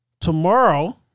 tomorrow